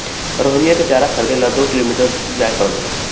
रोहिणीया के चारा खरीदे ला दो किलोमीटर जाय पड़लय